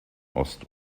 ost